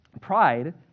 pride